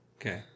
Okay